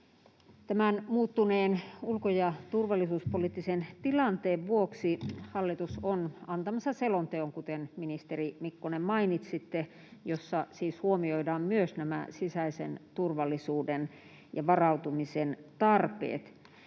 muuttuneen ulko- ja turvallisuuspoliittisen tilanteen vuoksi hallitus on antamassa selonteon, kuten, ministeri Mikkonen, mainitsitte, ja siinä siis huomioidaan myös sisäisen turvallisuuden ja varautumisen tarpeet.